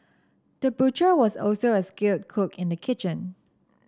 the butcher was also a skilled cook in the kitchen